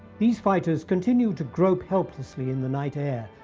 these fighters continued to grope helplessly in the night air,